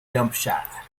hampshire